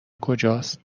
کجاست